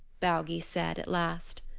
baugi said, at last.